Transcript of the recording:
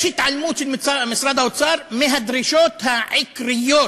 יש התעלמות של משרד האוצר מהדרישות העיקריות